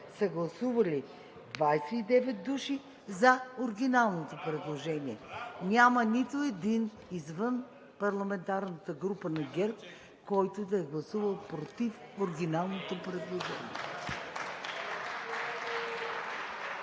са гласували за оригиналното предложение. Няма нито един извън парламентарната група на ГЕРБ-СДС, който да е гласувал против оригиналното предложение.